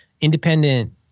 independent